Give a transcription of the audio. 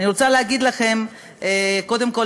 קודם כול,